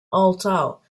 although